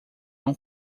não